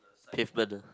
pavement ah